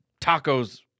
tacos